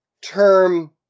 term